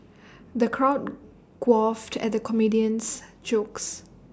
the crowd guffawed at the comedian's jokes